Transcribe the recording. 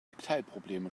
teilprobleme